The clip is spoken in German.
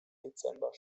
dezember